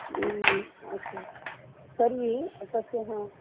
अस्तु तर्हि तस्य हा